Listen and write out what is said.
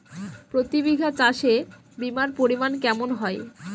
প্রতি বিঘা চাষে বিমার পরিমান কেমন হয়?